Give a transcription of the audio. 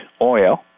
oil